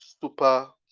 super